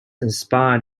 inspired